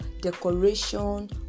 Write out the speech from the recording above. decoration